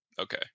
Okay